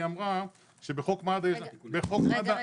היא אמרה שבחוק מד"א אין למשרד -- רגע,